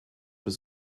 was